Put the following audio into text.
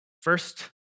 first